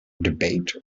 debate